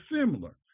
similar